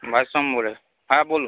বাইশ নম্বরের হ্যাঁ বলুন